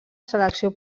selecció